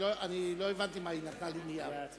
לא הבנתי מה היא נתנה למזכיר,